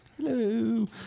Hello